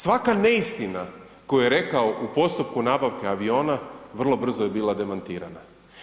Svaka neistina koju je rekao u postupku nabavke aviona, vrlo brzo je bila demantirana.